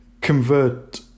convert